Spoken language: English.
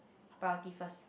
priority first